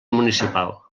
municipal